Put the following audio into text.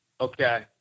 Okay